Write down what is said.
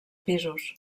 pisos